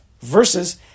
versus